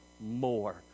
more